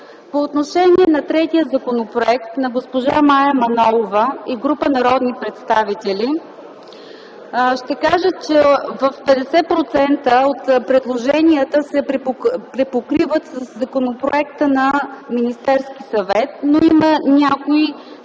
По отношение на третия законопроект на госпожа Мая Манолова и група народни представители ще кажа, че в 50% от предложенията се препокриват със законопроекта на Министерския съвет, но има някои